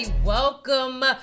Welcome